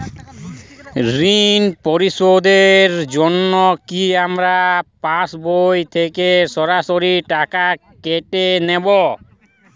ঋণ পরিশোধের জন্য কি আমার পাশবই থেকে সরাসরি টাকা কেটে নেবে?